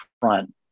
front